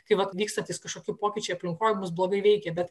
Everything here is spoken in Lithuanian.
kai vat vykstantys kažkokie pokyčiai aplinkoj bus blogai veikia bet